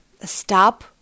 stop